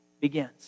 begins